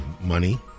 money